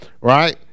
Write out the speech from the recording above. right